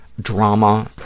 drama